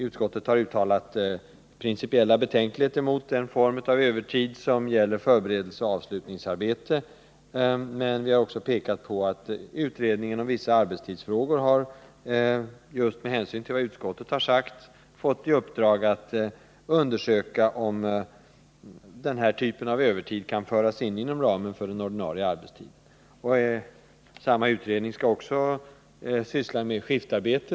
Utskottet har uttalat principiella betänkligheter mot den form av övertid som gäller förberedelseoch avslutningsarbete, men vi har också pekat på att utredningen om vissa arbetstidsfrågor, just med hänvisning till vad utskottet har uttalat, har fått i uppdrag att undersöka om denna typ av övertid kan föras in under den ordinarie arbetstiden. Samma utredning skall också ta upp frågan om skiftarbete.